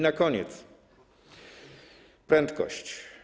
Na koniec - prędkość.